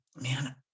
man